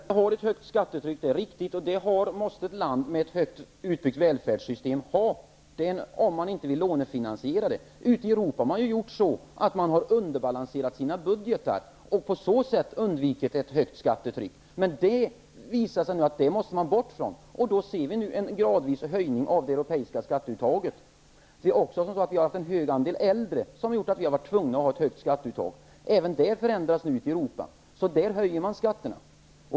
Herr talman! Det är riktigt att Sverige har ett högt skattetryck. Det måste ett land med ett i hög grad utbyggt välfärdssystem ha, om man inte vill lånefinansiera välfärden. Ute i Europa har man underbalanserat sina budgetar och på så sätt undvikit ett högt skattetryck. Men nu visar det sig att man måste bort från det, och vi ser därför nu en gradvis höjning av det europeiska skatteuttaget. Vi har också i Sverige haft en stor andel äldre, som har gjort att vi har varit tvungna att ha ett högt skatteuttag. Även detta förändras nu ute i Europa, och därför höjer man skatten.